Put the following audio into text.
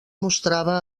mostrava